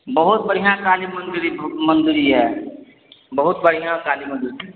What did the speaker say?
बहुत बढ़िआँ काली मन्दिर मन्दिर यऽ बहुत बढ़िआँ काली मन्दिर छै